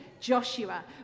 Joshua